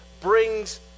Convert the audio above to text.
brings